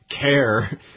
care